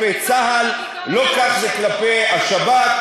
לא כך זה כלפי צה"ל,